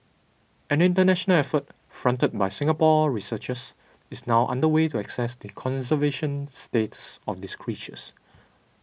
an international effort fronted by Singapore researchers is now under way to assess the conservation status of these creatures